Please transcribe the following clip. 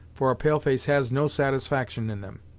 for a pale-face has no satisfaction in them.